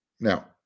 Now